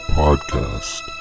podcast